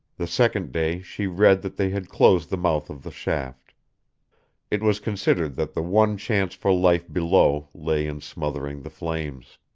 the second day she read that they had closed the mouth of the shaft it was considered that the one chance for life below lay in smothering the flames.